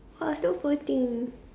!wah! so poor thing